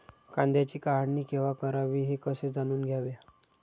कांद्याची काढणी केव्हा करावी हे कसे जाणून घ्यावे?